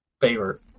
favorite